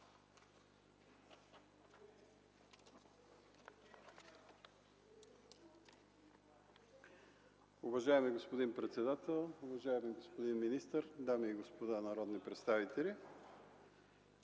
Уважаеми господин председател, уважаеми господин министър, дами и господа народни представители!